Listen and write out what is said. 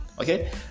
Okay